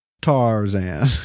Tarzan